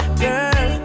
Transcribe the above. girl